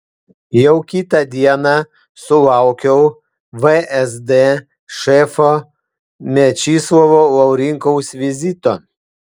jau kitą dieną sulaukiau vsd šefo mečislovo laurinkaus vizito